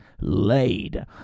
laid